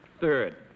Third